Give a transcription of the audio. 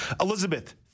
Elizabeth